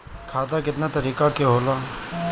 खाता केतना तरीका के होला?